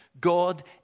God